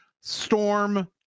Storm